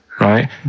Right